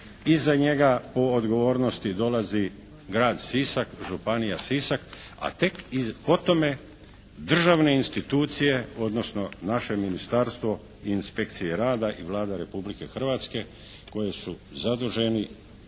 Iza njega po odgovornosti dolazi Grad Sisak, županija Sisak, a tek po tome državne institucije, odnosno naše ministarstvo i inspekcije rada i Vlada Republike Hrvatske koji su zaduženi